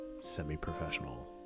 semi-professional